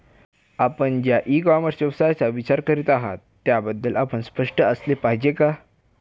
आपण ज्या e commerce व्यवसायाचा विचार करीत आहात त्याबद्दल आपण स्पष्ट असले पाहिजे का?